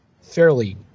fairly